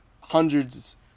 hundreds